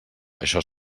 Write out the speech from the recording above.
això